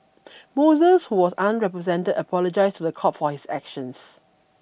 Moses who was unrepresented apologized to the court for his actions